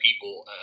people